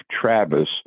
Travis